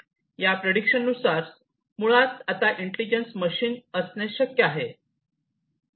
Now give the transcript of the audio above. आणि या प्रीडीक्शननुसार मुळात आता इंटेलिजन्स मशीन्स असणे शक्य आहे